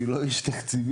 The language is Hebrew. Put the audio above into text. אני לא איש תקציבים,